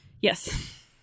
Yes